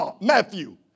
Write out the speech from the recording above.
Matthew